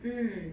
mm